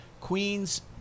Queens